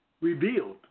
Revealed